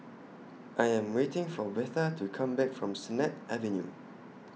I Am waiting For Betha to Come Back from Sennett Avenue